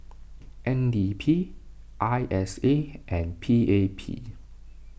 N D P I S A and P A P